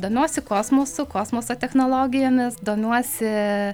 domiuosi kosmosu kosmoso technologijomis domiuosi